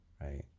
right